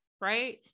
right